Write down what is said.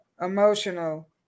Emotional